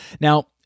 now